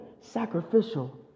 sacrificial